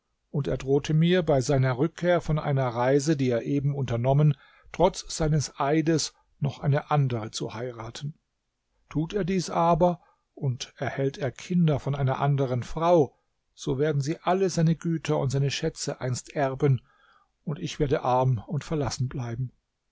und er drohte mir bei seiner rückkehr von einer reise die er eben unternommen trotz seines eides noch eine andere zu heiraten tut er dies aber und erhält er kinder von einer anderen frau so werden sie alle seine güter und seine schätze einst erben und ich werde arm und verlassen bleiben